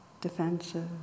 defensive